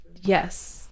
yes